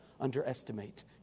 underestimate